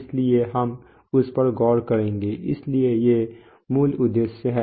इसलिए हम उस पर गौर करेंगे इसलिए ये मूल उद्देश्य हैं